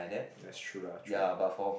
that's true lah true